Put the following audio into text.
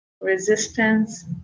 resistance